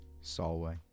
Solway